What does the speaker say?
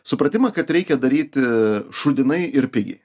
supratimą kad reikia daryti šūdinai ir pigiai